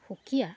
সুকীয়া